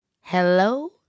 hello